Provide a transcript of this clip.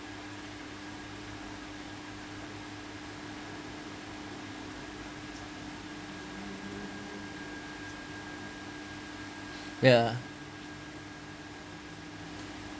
ya